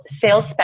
sales